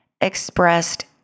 expressed